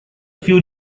few